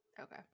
Okay